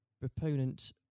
proponent